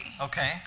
Okay